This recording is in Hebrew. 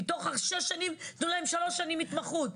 מתוך השש שנים תנו להם שלוש שנים התמחות.